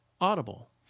Audible